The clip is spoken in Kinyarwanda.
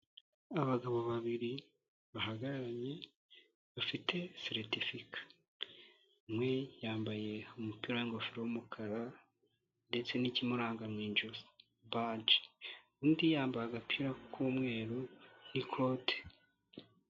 Abagabo babiri bahagararanye bafite seritifika, umwe yambaye umupira w'ingofero y'umukara ndetse n'ikimuranga mu ijosi baje, undi yambaye agapira k'umweru n'ikote.